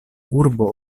urbo